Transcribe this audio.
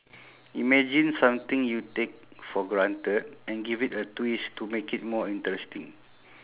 imagine something you take for granted and give it a twist to make it more interesting